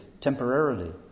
temporarily